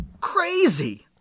Crazy